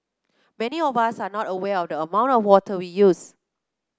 many of us are not aware of the amount of water we use